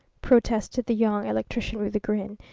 protested the young electrician with a grin.